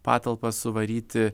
patalpą suvaryti